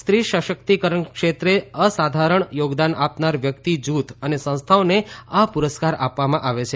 સ્ત્રી શક્તિકરણ ક્ષેત્રે અસાધારણ યોગદાન આપનાર વ્યક્તિ જૂથ અને સંસ્થાઓને આ પુરસ્કાર આપવામાં આવે છે